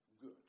good